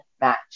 match